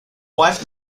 wife